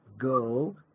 go